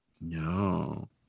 No